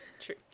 True